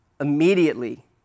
immediately